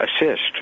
assist